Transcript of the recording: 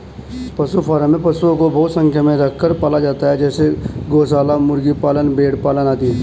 पशु फॉर्म में पशुओं को बहुत संख्या में रखकर पाला जाता है जैसे गौशाला, मुर्गी पालन, भेड़ पालन आदि